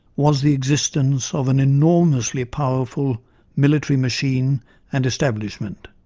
was the existence of an enormously powerful military machine and establishment.